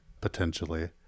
potentially